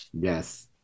yes